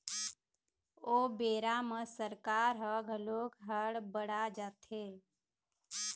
ओ बेरा म सरकार ह घलोक हड़ बड़ा जाथे